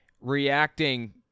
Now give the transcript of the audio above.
reacting